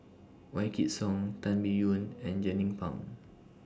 Wykidd Song Tan Biyun and Jernnine Pang